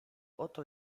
oto